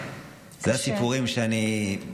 זה הסיפורים שאני, קשה.